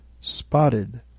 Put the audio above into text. spotted